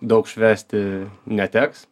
daug švęsti neteks